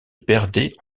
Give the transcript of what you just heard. perdait